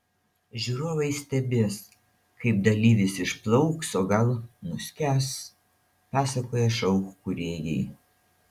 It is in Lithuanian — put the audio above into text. žiūrovai stebės kaip dalyvis išplauks o gal nuskęs pasakoja šou kūrėjai